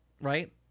right